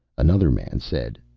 another man said,